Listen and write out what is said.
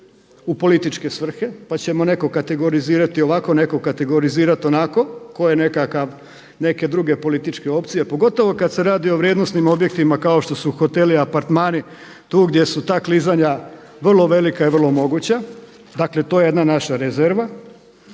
u političke svrhe, pa će netko kategorizirati ovako, netko kategorizirati onako tko je nekakve druge političke opcije. Pogotovo kada se radi o vrijednosnim objektima kao što su hoteli, apartmani tu gdje su ta klizanja vrlo velika i vrlo moguća. Dakle, to je jedna naša rezerva.